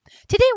Today